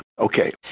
Okay